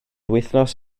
wythnos